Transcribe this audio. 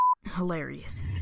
hilarious